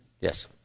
Yes